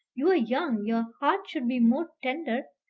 you're young your heart should be more tender.